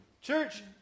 Church